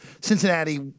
Cincinnati